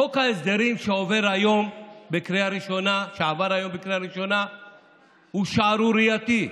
חוק ההסדרים שעבר היום בקריאה ראשונה הוא שערורייתי.